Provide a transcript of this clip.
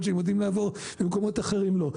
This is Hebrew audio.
שהם יודעים לעבור ובמקומות אחרים לא.